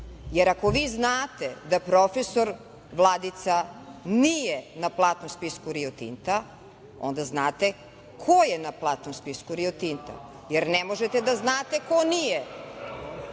jer ako vi znate da prof. Vladica nije na platnom spisku Rio Tinta, onda znate ko je na platnom spisku Rio Tinta, jer ne možete da znate ko nije.